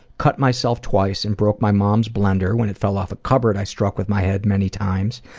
cut myself twice, and broke my mom's blender when it fell off a cupboard i struck with my head many times,